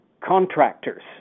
contractors